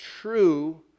true